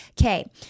Okay